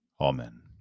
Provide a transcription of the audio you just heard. Amen